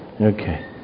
Okay